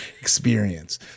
experience